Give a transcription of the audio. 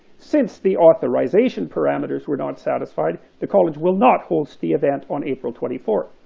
since the authorization parameters were not satisfied, the college will not host the event on april twenty fourth.